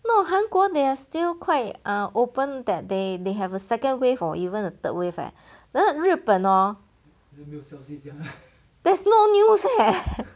no 韩国 they are still quite err open that they they have a second wave or even a third wave but then 日本 hor there's no news eh